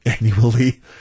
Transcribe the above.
annually